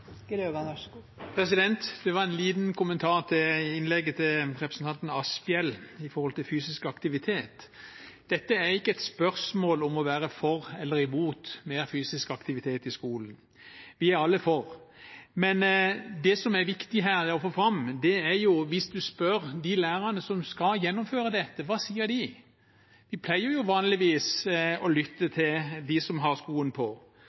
En liten kommentar til innlegget fra representanten Asphjell om fysisk aktivitet: Dette er ikke et spørsmål om å være for eller imot mer fysisk aktivitet i skolen – vi er alle for – men det som er viktig å få fram, er hva de lærerne som skal gjennomføre dette, sier hvis man spør dem. Vi pleier jo vanligvis å lytte til dem som har skoen på.